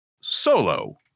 solo